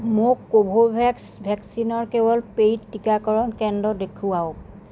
মোক কোভোভেক্স ভেকচিনৰ কেৱল পে'ইড টীকাকৰণ কেন্দ্ৰ দেখুৱাওক